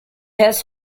has